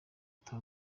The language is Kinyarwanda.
ata